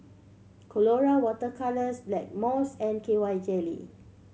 Colora Water Colours Blackmores and K Y Jelly